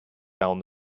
down